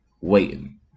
waiting